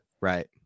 right